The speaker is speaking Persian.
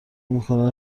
میکنن